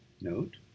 note